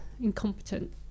incompetent